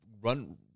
run